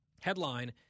Headline